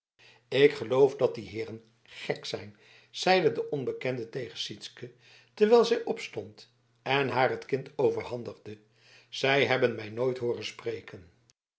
ik geloof dat die heeren gek zijn zeide de onbekende tegen sytsken terwijl zij opstond en haar het kind overhandigde zij hebben mij nooit hooren spreken